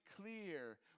clear